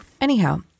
Anyhow